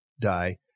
die